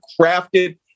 crafted